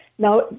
Now